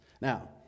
now